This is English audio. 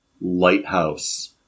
lighthouse